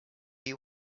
you